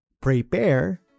Prepare